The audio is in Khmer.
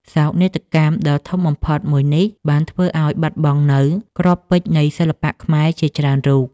សោកនាដកម្មដ៏ធំបំផុតមួយនេះបានធ្វើឲ្យបាត់បង់នូវ គ្រាប់ពេជ្រនៃសិល្បៈខ្មែរជាច្រើនរូប។